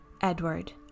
edward